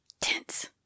Tense